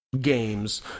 games